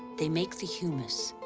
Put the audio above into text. they make the humus,